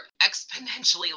exponentially